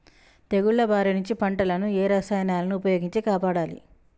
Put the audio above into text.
తెగుళ్ల బారి నుంచి పంటలను ఏ రసాయనాలను ఉపయోగించి కాపాడాలి?